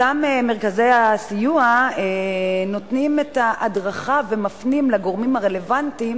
אותם מרכזי סיוע נותנים את ההדרכה ומפנים לגורמים הרלוונטיים,